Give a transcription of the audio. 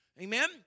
Amen